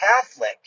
Catholic